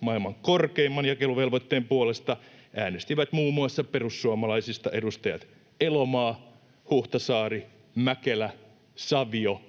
maailman korkeimman, jakeluvelvoitteen puolesta äänestivät muun muassa perussuomalaisista edustajat Elomaa, Huhtasaari, Mäkelä, Savio,